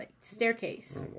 staircase